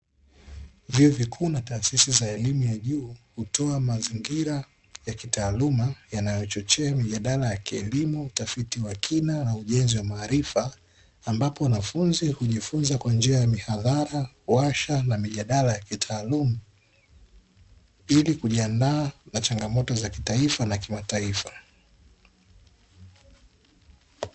Vyuo vikuu na taasisi za elimu ya juu. Hutoa mazingira ya kitaaluma yanayochochea mijadala ya kielimu, utafiti wa kina na ujenzi wa maarifa; ambapo wanafunzi hujifunza kwa njia ya mihadhara, warsha, na mijadala ya kitaaluma; ili kujiandaa na changamoto za kitaifa na kimataifa.